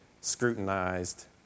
scrutinized